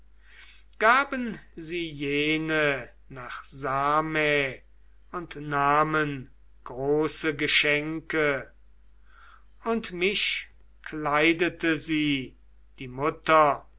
gaben sie jene nach same und nahmen große geschenke und mich kleidete sie die mutter